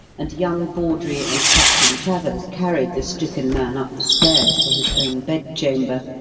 and young bawdrey and captain travers carried the stricken man up the stairs to his own bed-chamber,